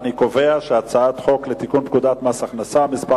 אני קובע שהצעת חוק לתיקון פקודת מס הכנסה (מס'